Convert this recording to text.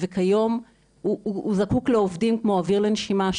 וכיום הוא זקוק לעובדים כמו אוויר לנשימה.